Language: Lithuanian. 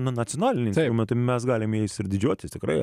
na nacionaliniai tuomet mes galim jais ir didžiuotis tikrai